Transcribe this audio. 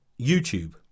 YouTube